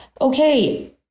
okay